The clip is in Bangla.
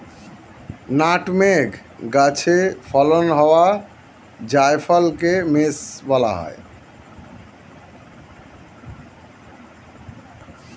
নাটমেগ গাছে ফলন হওয়া জায়ফলকে মেস বলা হয়